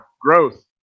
growth